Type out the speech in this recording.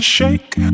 Shake